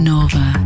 Nova